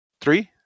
Three